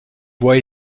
bois